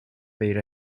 pedir